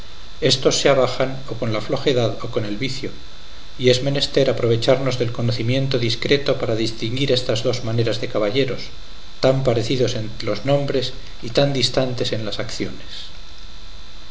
éstos se abajan o con la flojedad o con el vicio y es menester aprovecharnos del conocimiento discreto para distinguir estas dos maneras de caballeros tan parecidos en los nombres y tan distantes en las acciones